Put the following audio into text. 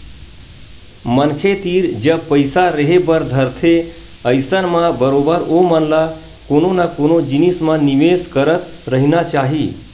मनखे तीर जब पइसा रेहे बर धरथे अइसन म बरोबर ओमन ल कोनो न कोनो जिनिस म निवेस करत रहिना चाही